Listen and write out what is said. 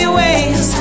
ways